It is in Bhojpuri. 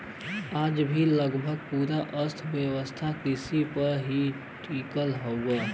आज भी लगभग पूरा अर्थव्यवस्था कृषि पर ही टिकल हव